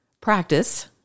practice